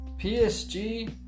PSG